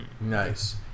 Nice